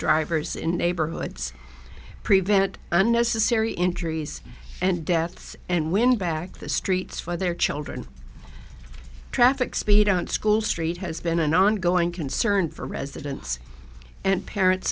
drivers in neighborhoods prevent unnecessary injuries and deaths and win back the streets for their children traffic speed on school street has been an ongoing concern for residents and parents